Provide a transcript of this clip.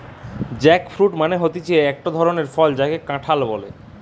jackfruit মানে হতিছে একটো ধরণের ফল যাকে কাঁঠাল বলে